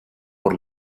por